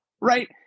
right